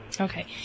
okay